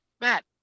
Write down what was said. Matt